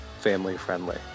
family-friendly